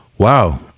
Wow